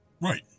right